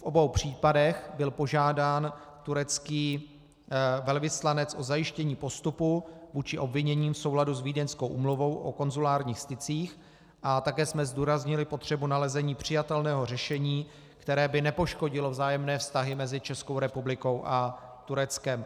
V obou případech byl požádán turecký velvyslanec o zajištění postupu vůči obviněným v souladu s Vídeňskou úmluvou o konzulárních stycích a také jsme zdůraznili potřebu nalezení přijatelného řešení, které by nepoškodilo vzájemné vztahy mezi Českou republikou a Tureckem.